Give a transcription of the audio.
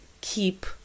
keep